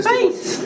face